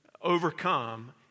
overcome